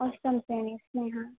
অষ্টম শ্ৰেণী স্নেহা